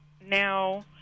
now